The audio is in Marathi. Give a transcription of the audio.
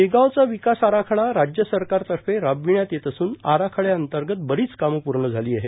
शेगांवचा विकास आराखडा राज्य सरकारतर्फे राबविण्यात येत असून आराखड्यातंर्गत बरीच कामं पुर्ण झाली आहेत